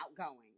outgoing